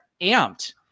amped